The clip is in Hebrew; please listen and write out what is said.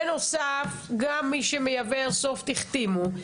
בנוסף, גם מי שמייבא איירסופט החתימו.